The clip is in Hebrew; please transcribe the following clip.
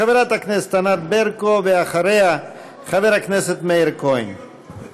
חברת הכנסת ענת ברקו, ואחריה, חבר הכנסת מאיר כהן.